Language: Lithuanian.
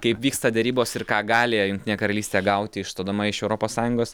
kaip vyksta derybos ir ką gali jungtinė karalystė gauti išstodama iš europos sąjungos